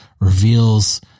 reveals